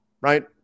right